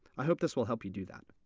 i hope this will help you do that.